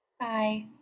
Bye